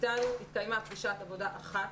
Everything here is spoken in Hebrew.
איתנו התקיימה פגישת עבודה אחת.